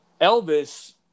Elvis